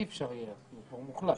אי-אפשר יהיה, כי הוא כבר מוחלט.